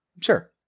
Sure